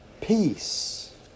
Peace